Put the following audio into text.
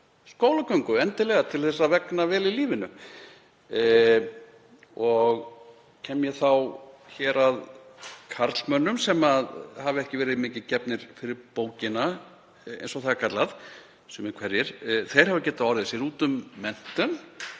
skólagöngu til að vegna vel í lífinu. Og kem ég þá hér að karlmönnum sem hafa ekki verið mikið gefnir fyrir bókina, eins og það er kallað, sumir hverjir. Þeir hafa getað orðið sér úti um menntun,